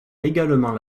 également